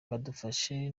badufashe